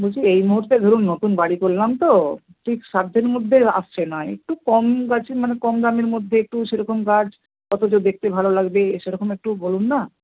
বলছি এই মুহূর্তে ধরুন নতুন বাড়ি করলাম তো ঠিক সাধ্যের মধ্যে আসছে না একটু কম গাছে মানে কম দামের মধ্যে একটু সেরকম গাছ অথচ দেখতে ভালো লাগবে সেরকম একটু বলুন না